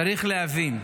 צריך להבין,